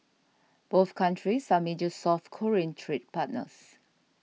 both countries are major South Korean trade partners